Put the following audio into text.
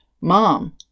mom